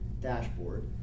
dashboard